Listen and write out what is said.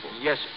Yes